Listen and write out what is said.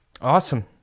Awesome